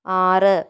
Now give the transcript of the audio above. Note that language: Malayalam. ആറ്